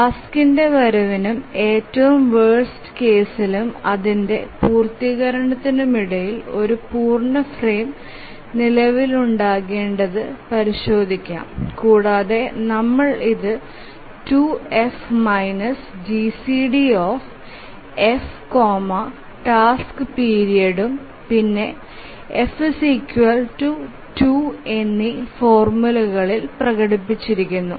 ടാസ്ക്കിന്റെ വരവിനും ഏറ്റവും വേർസ്റ് കേസ്ഇലും അതിന്റെ പൂർത്തീകരണത്തിനുമിടയിൽ ഒരു പൂർണ്ണ ഫ്രെയിം നിലവിലുണ്ടോയെന്ന് പരിശോധിക്കാം കൂടാതെ നമ്മൾ ഇത് 2F GCDF ടാസ്ക് പിരീഡ് ഉം പിന്നെ എഫ് 2 എന്നീ ഫോർമുലയിൽ പ്രകടിപ്പിച്ചിരുന്നു